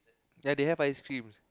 ya they have ice creams